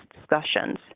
discussions